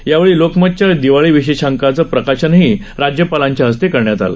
यावेळी लोकमतच्या दिवाळी विशेषांकांचे प्रकाशनहा राज्यपालांच्या हस्ते करण्यात आलं